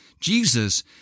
Jesus